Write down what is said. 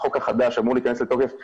החוק החדש אמור להכנס לתוקף בינואר,